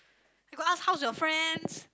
you got ask how's your friends